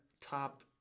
Top